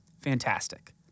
fantastic